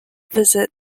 visit